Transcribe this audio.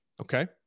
Okay